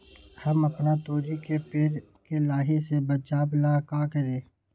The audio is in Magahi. हम अपना तोरी के पेड़ के लाही से बचाव ला का करी?